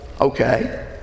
okay